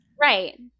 Right